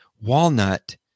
walnut